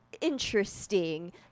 interesting